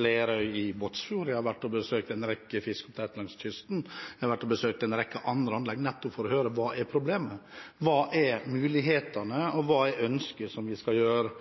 Lerøy i Båtsfjord. Jeg har vært og besøkt en rekke fiskeoppdrettere langs kysten. Jeg har vært og besøkt en rekke andre anlegg nettopp for å høre hva problemet er, hva mulighetene er, og hva de ønsker at vi skal gjøre.